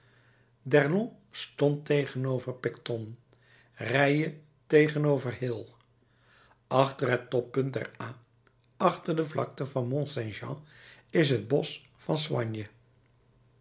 d'erlon stond tegenover picton reille tegenover hill achter het toppunt der a achter de vlakte van mont saint jean is het bosch van